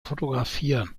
fotografieren